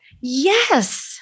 Yes